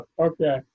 okay